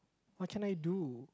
what can I do